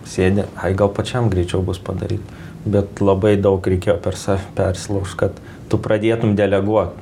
sėdi ai gal pačiam greičiau bus padaryt bet labai daug reikėjo per save persilaužt kad tu pradėtum deleguot